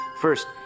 first